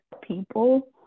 people